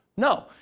No